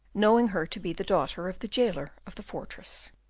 knowing her to be the daughter of the jailer of the fortress.